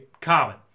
Common